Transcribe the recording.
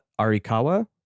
Arikawa